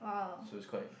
so it's quite